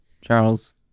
Charles